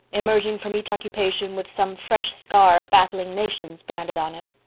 emerging from each occupation with some fresh scar of battling nations branded on it.